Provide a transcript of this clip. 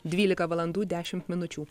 dvylika valandų dešimt minučių